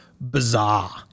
bizarre